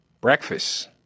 Breakfast